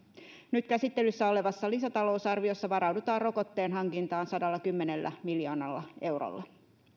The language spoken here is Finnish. nyt käsittelyssä olevassa lisätalousarviossa varaudutaan rokotteen hankintaan sadallakymmenellä miljoonalla eurolla